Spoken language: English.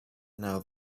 now